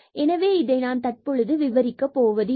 எனவே இதை நான் தற்பொழுது விவரிக்கப் போவதில்லை